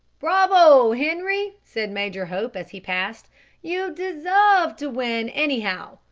bravo! henri, said major hope as he passed you deserve to win, anyhow.